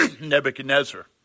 Nebuchadnezzar